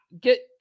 Get